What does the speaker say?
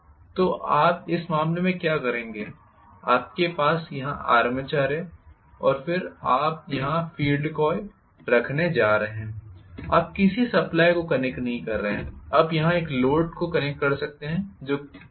तो आप इस मामले में क्या करेंगे आपके पास यहाँ आर्मेचर है और फिर आप यहाँ फील्ड कॉइल रखने जा रहे हैं आप किसी सप्लाई को कनेक्ट नहीं कर रहे हैं आप यहाँ एक लोड कनेक्ट कर सकते हैं जो ठीक है